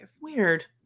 Weird